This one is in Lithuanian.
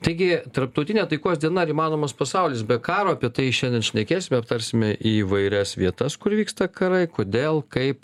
taigi tarptautinė taikos diena ar įmanomas pasaulis be karo apie tai šiandien šnekėsime aptarsime įvairias vietas kur vyksta karai kodėl kaip